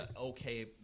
okay